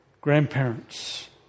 grandparents